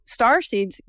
starseeds